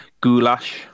goulash